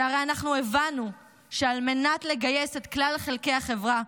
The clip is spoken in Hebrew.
שהרי אנחנו הבנו שעל מנת לגייס את כלל חלקי החברה,